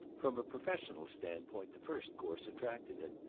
from a professional standpoint the first course attracted him,